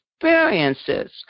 experiences